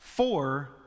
Four